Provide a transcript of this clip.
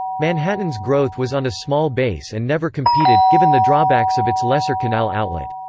manhattan's growth was on a small base and never competed, given the drawbacks of its lesser canal outlet.